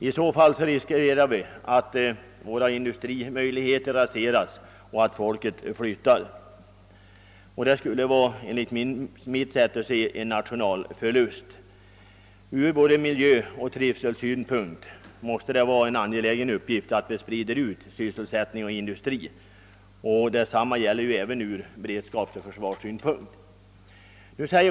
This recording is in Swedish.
I så fall riskerar vi att människorna flyttar därifrån, och då försvinner möjligheterna att lokalisera industrier dit. Detta skulle enligt min mening vara en nationell förlust. Från både miljöoch fritidssynpunkt måste det vara angeläget att sprida sysselsättning och industri. Detsamma gäller från beredskapsoch försvarssynpunkt.